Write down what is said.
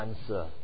answer